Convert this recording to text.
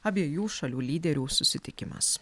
abiejų šalių lyderių susitikimas